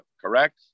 correct